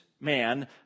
man